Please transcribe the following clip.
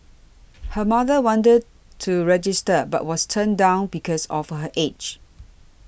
her mother wanted to register but was turned down because of her age